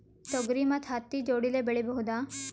ತೊಗರಿ ಮತ್ತು ಹತ್ತಿ ಜೋಡಿಲೇ ಬೆಳೆಯಬಹುದಾ?